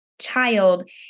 child